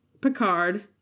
Picard